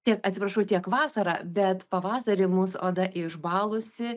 tiek atsiprašau tiek vasarą bet pavasarį mūs oda išbalusi